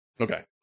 Okay